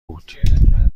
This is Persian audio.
بود